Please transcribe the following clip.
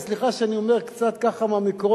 וסליחה שאני אומר קצת מהמקורות,